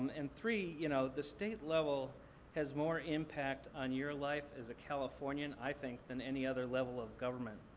and three, you know the state level has more impact on your life as a californian, i think, than any other level of government.